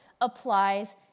applies